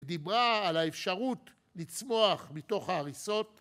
דיברה על האפשרות לצמוח מתוך ההריסות.